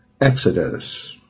Exodus